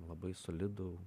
labai solidų